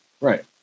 right